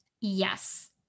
Yes